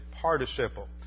participle